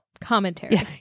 commentary